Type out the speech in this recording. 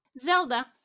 Zelda